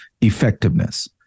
effectiveness